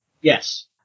Yes